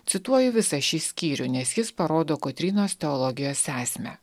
cituoju visą šį skyrių nes jis parodo kotrynos teologijos esmę